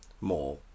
More